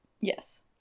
yes